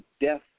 death